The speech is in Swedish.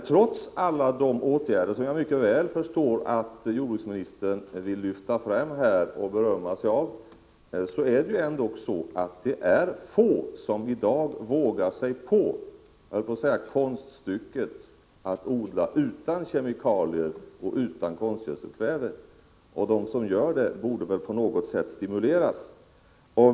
Trots alla vidtagna åtgärder, som jag mycket väl förstår att jordbruksministern här vill lyfta fram och berömma sig av, är det få som i dag vågar sig på, jag höll på att säga konststycket, att odla utan kemikalier och konstgödselkväve. De som ändå gör det borde på något sätt stimuleras.